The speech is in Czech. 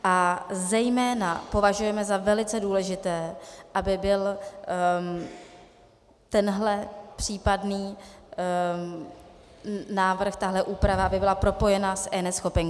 A zejména považujeme za velice důležité, aby byl tenhle případný návrh, tahle úprava byla propojena s eNeschopenkou.